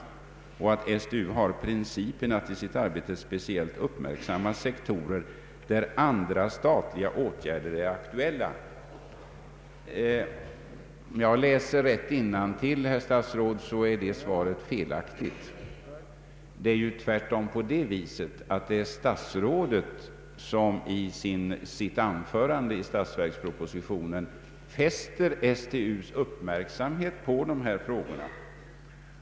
Han säger också att STU har principen att i sitt arbete speciellt uppmärksamma sektorer där andra statliga åtgärder är aktuella. Om jag läser rätt innantill måste jag konstatera att det svaret är felaktigt. Det är tvärtom så att det är statsrådet som i sitt anförande i statsverkspropositioren fäster STU:s uppmärksamhet på de här frågorna.